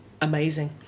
amazing